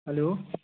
hello